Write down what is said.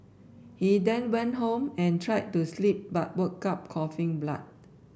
he then went home and tried to sleep but woke up coughing blood